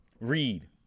read